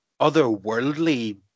otherworldly